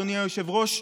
אדוני היושב-ראש,